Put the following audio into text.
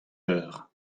eur